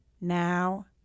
Now